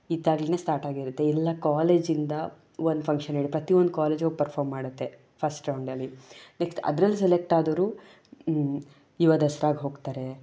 ಇದ್ದಾಗಲೇನೆ start ಆಗಿರುತ್ತೆ ಎಲ್ಲ ಕಾಲೇಜಿಂದ ಒಂದು ಫಂಕ್ಷನ್ ಪ್ರತಿಯೊಂದು ಕಾಲೇಜೂನು ಪರ್ಫಾರ್ಮ್ ಮಾಡುತ್ತೆ ಫಸ್ಟ್ ರೌಂಡಲ್ಲಿ ನೆಕ್ಸ್ಟ್ ಅದ್ರಲ್ಲಿ ಸೆಲೆಕ್ಟ್ ಆದವರು ಯುವ ದಸ್ರಾಗೆ ಹೋಗ್ತಾರೆ